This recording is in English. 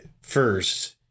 first